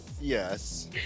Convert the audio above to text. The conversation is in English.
Yes